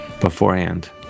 beforehand